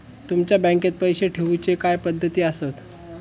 तुमच्या बँकेत पैसे ठेऊचे काय पद्धती आसत?